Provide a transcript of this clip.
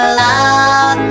love